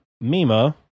Mima